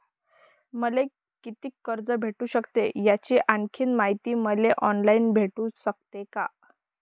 मले कितीक कर्ज भेटू सकते, याची आणखीन मायती मले ऑनलाईन भेटू सकते का?